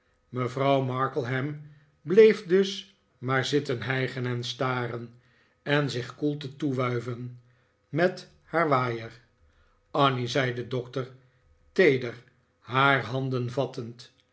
mevrouw markleham bleef dus maar zitten hijgen staren en zich koelte toewuiven met haar waaier annie zei de doctor feeder haar handen vattend